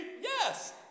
yes